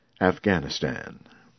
Afghanistan